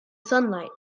sunlight